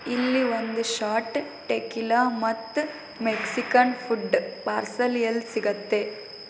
ಇಲ್ಲಿ ಒಂದು shot tequila ಮತ್ತು ಮೆಕ್ಸಿಕನ್ ಫುಡ್ ಪಾರ್ಸಲ್ ಎಲ್ಲಿ ಸಿಗುತ್ತೆ